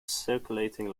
circulating